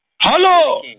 Hello